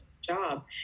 job